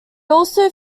also